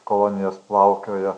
kolonijos plaukiojo